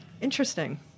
Interesting